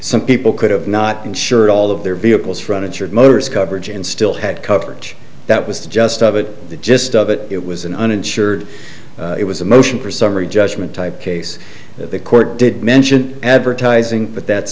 some people could have not insured all of their vehicles front insured motors coverage and still had coverage that was just of it the gist of it it was and an insured it was a motion for summary judgment type case the court did mention advertising but that's